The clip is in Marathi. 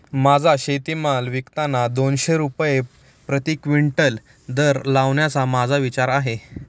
माझा शेतीमाल विकताना दोनशे रुपये प्रति क्विंटल दर लावण्याचा माझा विचार आहे